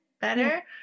better